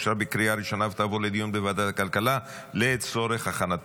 לוועדת הכלכלה נתקבלה.